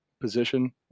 position